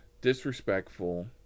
disrespectful